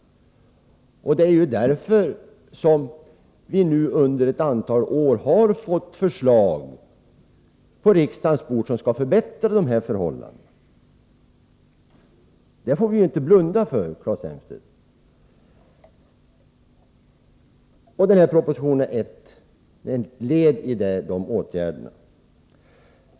Det är därför som vi under ett antal år har fått förslag på riksdagens bord syftande till att förbättra förhållandena på området. Förslagen i propositionen är ett led i de åtgärderna.